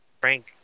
Frank